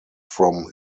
from